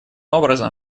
образом